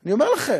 אני אומר לכם,